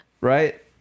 right